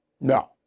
No